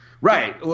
right